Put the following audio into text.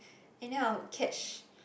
and then I'll catch